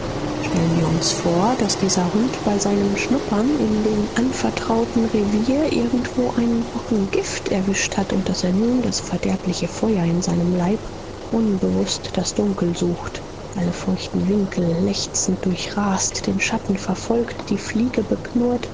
stellen wir uns vor daß dieser hund bei seinem schnuppern in dem anvertrauten revier irgendwo einen brocken gift erwischt hat und daß er nun das verderbliche feuer in seinem leib unbewußt das dunkel sucht alle feuchten winkel lechzend durchrast den schatten verfolgt die fliege